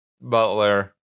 butler